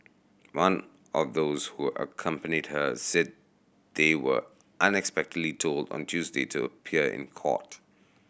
one of those who accompanied her said they were unexpectedly told on Tuesday to appear in court